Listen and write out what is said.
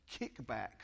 kickback